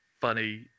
funny